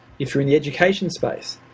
if you're in the education space.